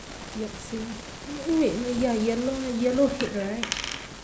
yup same wait wait wait ya yellow yellow head right